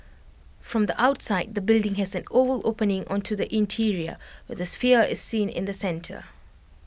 from the outside the building has an oval opening onto the interior where the sphere is seen in the centre